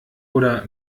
oder